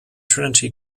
trinity